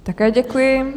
Také děkuji.